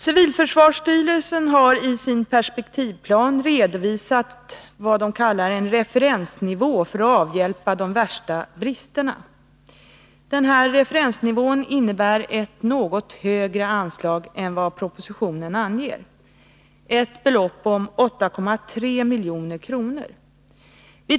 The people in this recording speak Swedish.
Civilförsvarsstyrelsen har i sin perspektivplan redovisat vad man kallar en referensnivå för att avhjälpa de värsta bristerna. Denna referensnivå innebär ett något högre anslag än vad propositionen anger -— ett belopp på 8,3 milj.kr.